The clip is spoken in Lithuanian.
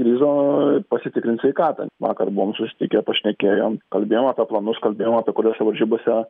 grįžo pasitikrint sveikatą vakar buvom susitikę pašnekėjom kalbėjom apie planus kalbėjom apie kuriuose varžybose